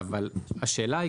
אבל השאלה היא,